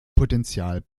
potenzial